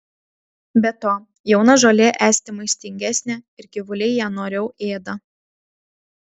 be to jauna žolė esti maistingesnė ir gyvuliai ją noriau ėda